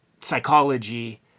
psychology